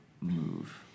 move